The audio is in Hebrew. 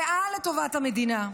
מעל לטובת המדינה.